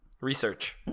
Research